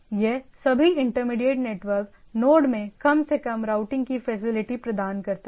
यह सभी intermediate network node में कम से कम राउटिंग की फैसिलिटी प्रदान करता हैं